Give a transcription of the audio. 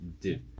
Dude